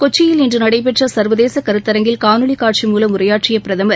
கொச்சியில் இன்றநடைபெற்றள்வதேசகருத்தரங்கில் காணொலிகாட்சி மூலம் உரையாற்றியபிரதம்